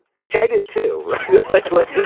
which i did to like like yeah